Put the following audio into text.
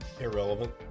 Irrelevant